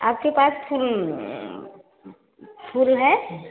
आप के पास फ़ू फूल है